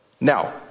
Now